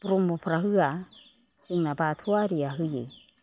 ब्रह्मफ्रा होआ जोंना बाथौआरिया होयो